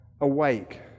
awake